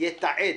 יתעד.